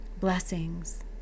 blessings